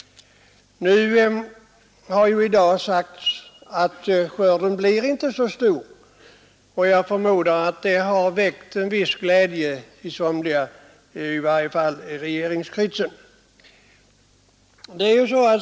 Nu har det meddelats i dag att skörden inte blir så stor, och jag förmodar att det har väckt en viss glädje hos somliga, i varje fall i regeringskretsen.